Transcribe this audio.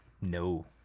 No